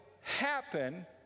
happen